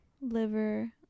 liver